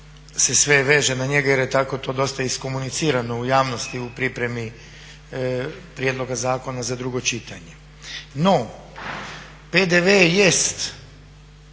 da sve veže na njega jer je tako to dosta iskomunicirano u javnosti u pripremi prijedloga zakona za drugo čitanje, no PDV jest